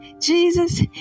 Jesus